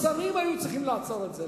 השרים היו צריכים לעצור את זה.